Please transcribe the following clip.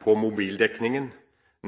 på mobildekningen: